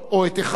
או את אחיו